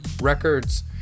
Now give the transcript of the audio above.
records